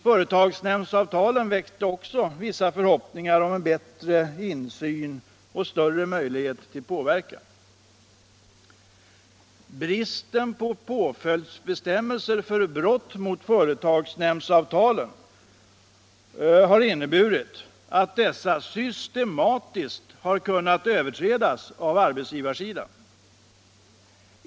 Företagsnämndsavtalen väckte också vissa förhoppningar om bättre insyn och möjlighet till påverkan. Bristen på påföljdsbestämmelser när det gäller brott mot företagsnämndsavtalen har inneburit att dessa systematiskt har kunnat överträdas av arbetsgivarsidan.